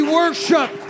worship